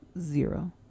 zero